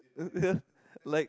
uh yeah